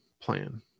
plan